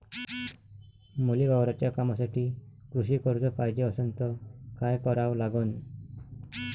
मले वावराच्या कामासाठी कृषी कर्ज पायजे असनं त काय कराव लागन?